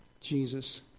Jesus